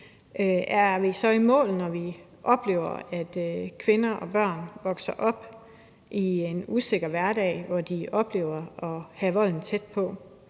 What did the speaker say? Er vi så i mål, når vi oplever, at kvinder og børn vokser op i en usikker hverdag, hvor de oplever at have volden tæt på?